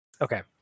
Okay